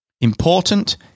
Important